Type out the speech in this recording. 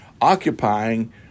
Occupying